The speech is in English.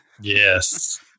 Yes